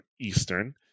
Eastern